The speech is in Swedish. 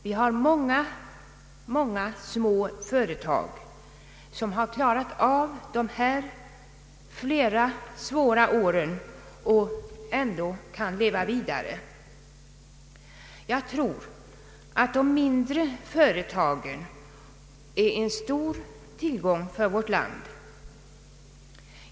Vi har många, många små företag som har klarat av dessa svåra år och ändå kan leva vidare. Jag tror att de mindre företagen utgör en stor tillgång för vårt land.